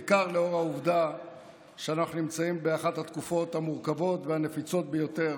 בעיקר לאור העובדה שאנחנו נמצאים באחת התקופות המורכבות והנפיצות ביותר